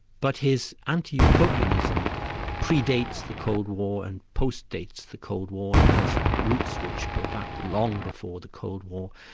but his anti-utopianism predates the cold war and postdates the cold war and has roots which go back long before the cold war.